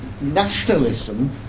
Nationalism